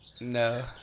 No